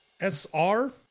Sr